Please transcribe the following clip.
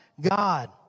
God